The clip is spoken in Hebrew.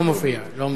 לא מופיע, לא מופיע.